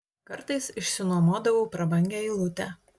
kartais išsinuomodavau prabangią eilutę